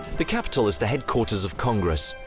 the capitol is the headquarters of congress,